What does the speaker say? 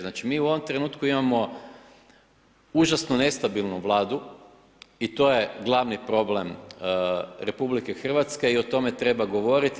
Znači mi u ovom trenutku imamo užasno nestabilnu Vladu i to je glavni problem RH i o tome treba govoriti.